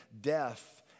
death